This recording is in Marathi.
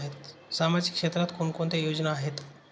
सामाजिक क्षेत्राच्या कोणकोणत्या योजना आहेत?